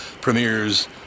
premieres